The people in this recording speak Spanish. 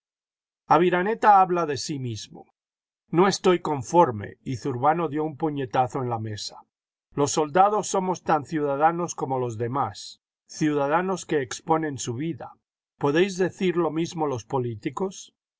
aviraneta habla de si mísimo no estoy conforme y zurbano dio un puñetazo en la mesa los soldados somos tan ciudadanos como los demás ciudadanos que exponen su vida podéis decir lo mismo los políticos